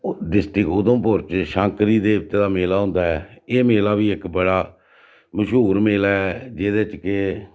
district उधमपुर च शैंकरी देवते दा मेला होंदा ऐ एह् मेला बी इक बड़ा मश्हूर मेला ऐ जेह्दे च के